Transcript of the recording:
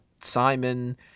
Simon